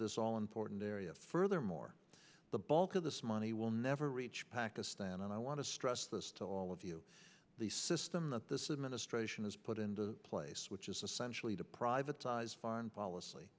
this all important area furthermore the bulk of this money will never reach pakistan and i want to stress this to all of you the system that this is ministration is put into place which is essentially the privatized foreign policy